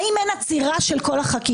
האם אין עצירה של כל החקיקה?